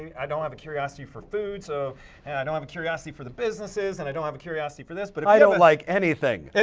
i don't have a curiosity for food so and i don't have a curiosity for the businesses and i don't have a curiosity for this but and i don't like anything.